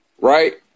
Right